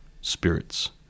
spirits